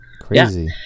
crazy